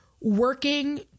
working